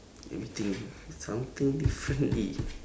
let me think something differently